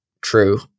true